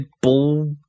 ball